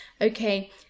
Okay